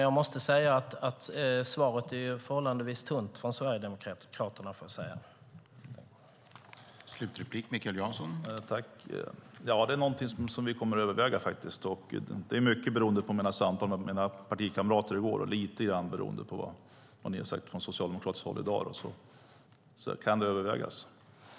Jag måste dock säga att svaret från Sverigedemokraterna är förhållandevis tunt.